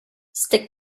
stick